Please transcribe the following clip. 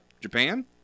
Japan